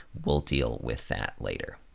we'll deal with that later.